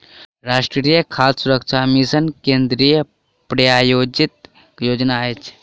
राष्ट्रीय खाद्य सुरक्षा मिशन केंद्रीय प्रायोजित योजना अछि